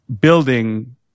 building